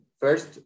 First